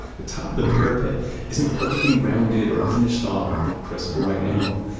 the top of the parapet isn't perfectly rounded or finished off with a crisp right angle.